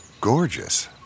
gorgeous